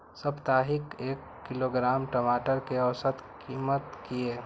साप्ताहिक एक किलोग्राम टमाटर कै औसत कीमत किए?